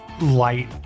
light